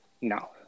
No